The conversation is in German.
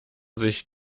sich